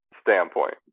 standpoint